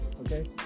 okay